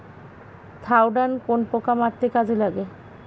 Thiodan কোন পোকা মারতে কাজে লাগে?